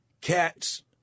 cats